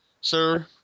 sir